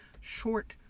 short